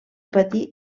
patí